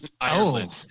Ireland